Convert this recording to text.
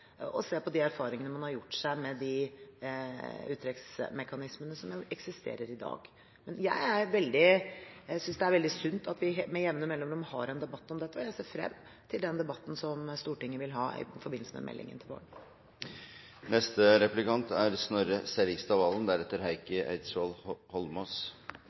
og se på de erfaringene man har gjort seg med de uttrekksmekanismene som eksisterer i dag. Men jeg synes det er veldig sunt at vi med jevne mellomrom har en debatt om dette, og jeg ser frem til den debatten som Stortinget vil ha i forbindelse med meldingen til våren. Jeg har to spørsmål og vil gjerne ha svar på begge. Spørsmål 1 er